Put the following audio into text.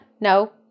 No